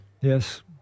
Yes